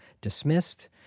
dismissed